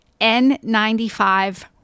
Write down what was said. N95